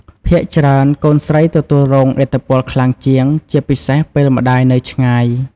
ភាគច្រើន កូនស្រីទទួលរងឥទ្ធិពលខ្លាំងជាង ជាពិសេសពេលម្តាយនៅឆ្ងាយ។